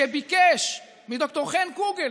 שביקש מד"ר חן קוגל,